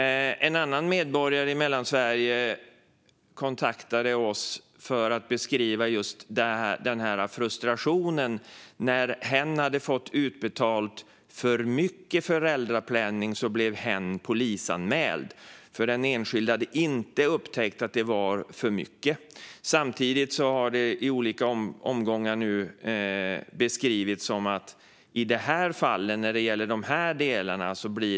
En annan medborgare, i Mellansverige, kontaktade oss för att beskriva sin frustration. När hen hade fått utbetalt för mycket föräldrapenning blev hen polisanmäld för att hen som enskild inte hade upptäckt att det var för mycket. Samtidigt har det i olika omgångar nu beskrivits som att det inte blir samma åtgärder i de här delarna.